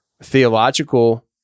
theological